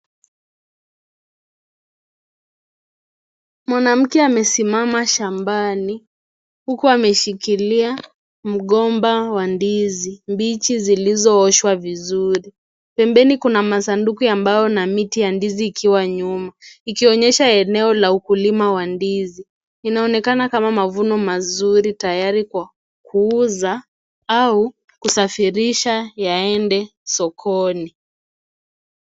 Mwanamke amesimama shambani huku ameshikilia mgomba wa ndizi mbichi zilizooshwa vizuri. Pembeni kuna masanduku ya mbao na miti ya ndizi ikiwa nyuma ikionyesha eneo la ukulima wa ndizi inaonekana kama mavuno, na mazuri tayari kwa kuuza au kusafirishwa yaende sokoni.